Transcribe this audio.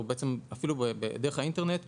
ואפילו דרך האינטרנט,